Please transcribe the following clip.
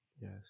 yes